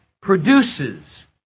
produces